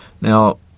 Now